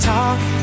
Talk